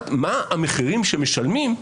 מה המחירים שמשלמים,